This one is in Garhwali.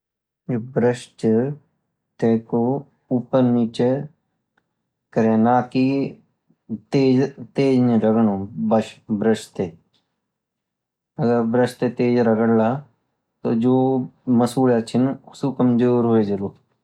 ये ब्रश ची टेकु उप्पर निचे करे नाकि तेज़ नई रगड़नियु ब्रश ते अगर ब्रश ते तेज़ रगड़ला तो जो मसूडाची सु कमज़ोर होजालु